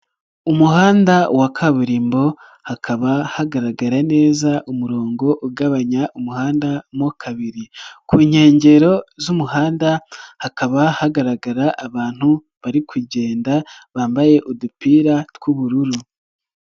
Umuhanda wa kaburimbo hakaba hagaragara neza umurongo ugabanya umuhanda mo kabiri, ku nkengero z'umuhanda hakaba hagaragara abantu bari kugenda bambaye udupira tw'ubururu.